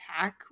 pack